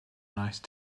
nice